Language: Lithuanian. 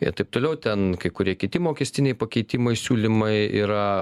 ir taip toliau ten kai kurie kiti mokestiniai pakeitimai siūlymai yra